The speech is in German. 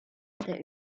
der